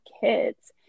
kids